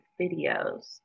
videos